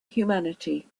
humanity